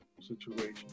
situation